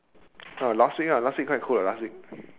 last week last week quite cold what last week